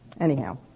anyhow